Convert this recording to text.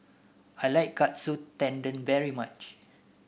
I like Katsu Tendon very much